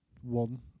one